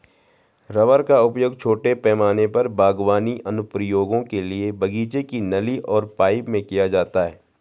rubber का उपयोग छोटे पैमाने पर बागवानी अनुप्रयोगों के लिए बगीचे की नली और पाइप में किया जाता है